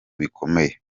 bikomeye